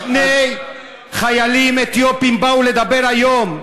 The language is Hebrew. שני חיילים אתיופים באו לדבר היום.